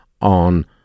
on